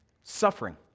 Suffering